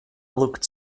looked